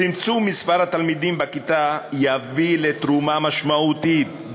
צמצום מספר התלמידים בכיתה יביא לתרומה משמעותית,